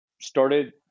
started